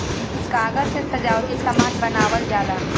कागज से सजावटी सामान बनावल जाला